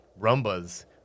Rumba's